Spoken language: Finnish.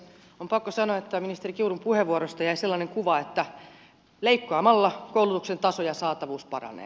on pakko sanoa että ministeri kiurun puheenvuorosta jäi sellainen kuva että leikkaamalla koulutuksen taso ja saatavuus paranee